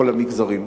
כל המגזרים,